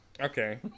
Okay